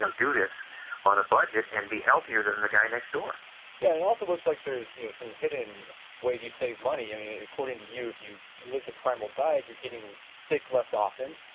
um do this on a budget and be healthier than the guy next door yeah, it also looks like there is, you know, some hidden ways you save money, i mean according to you, if you live the primal diet, you are getting sick less often,